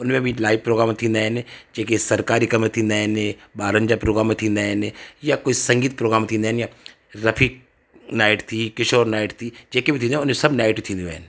उनमें बि live programme थींदा आहिनि जेके सरकारी कम थींदा आहिनि ॿारनि जा प्रोग्राम थींदा आहिनि या कोई संगीत प्रोग्राम थींदा आहिनि या रफ़ी क नाईट थी या किशोर नाईट थी जेकि बि थींदी आहे उनमें सभु नाईट थींदियूं आहिनि